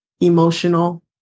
emotional